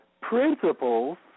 principles